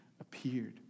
appeared